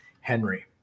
Henry